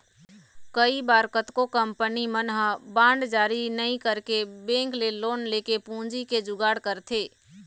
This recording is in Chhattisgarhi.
कई बार कतको कंपनी मन ह बांड जारी नइ करके बेंक ले लोन लेके पूंजी के जुगाड़ करथे